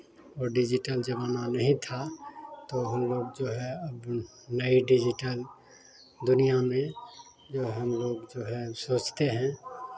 और डिज़िटल ज़माना नहीं था तो हम लोग जो है अब नए डिज़िटल दुनियाँ में जो हम लोग जो है सोचते हैं